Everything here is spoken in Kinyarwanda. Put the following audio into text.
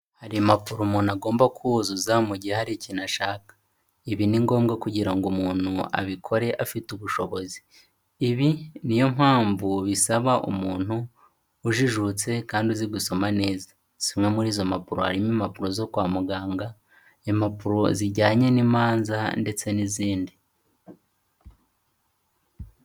Hari impapuro umuntu agomba kuzuza mu gihe hari ikintu ashaka. Ibi ni ngombwa kugira ngo umuntu abikore afite ubushobozi. Ibi niyo mpamvu bisaba umuntu ujijutse kandi uzi gusoma neza, zimwe muri izo mpapuro harimo impapuro zo kwa muganga, impapuro zijyanye n'imanza ndetse n'izindi.